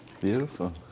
Beautiful